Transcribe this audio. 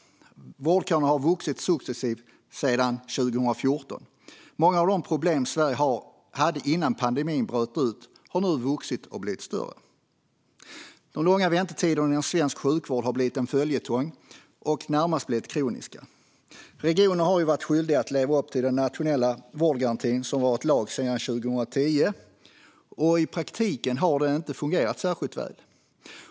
Vårdköerna har vuxit successivt sedan 2014. Många av de problem som Sverige hade innan pandemin bröt ut har nu vuxit och blivit större. De långa väntetiderna inom svensk sjukvård har blivit en följetong och blivit närmast kroniska. Regionerna har varit skyldiga att leva upp till den nationella vårdgarantin, som har varit lag sedan 2010. I praktiken har den inte fungerat särskilt väl.